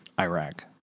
Iraq